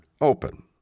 open